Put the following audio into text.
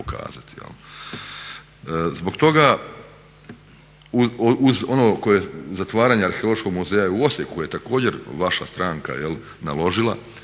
Zbog toga uz ono zatvaranje Arheološkog muzeja, u Osijeku je također vaša stranka naložila